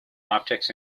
optics